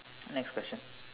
next question